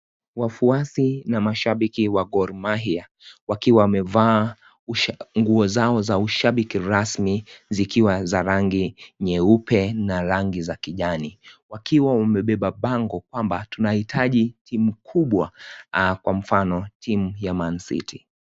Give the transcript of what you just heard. Wafuasi na mashabiki wa Gor Mahia, wakiwa wamevaa, nguo zao za ushabiki rasmi, zikiwa za rangi nyeupe na rangi za kijani. Wakiwa wamebeba bango kwamba, tunahitaji timu kubwa kwa mfano, timu ya Man City.